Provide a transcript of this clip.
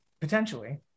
Potentially